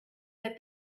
that